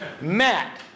Matt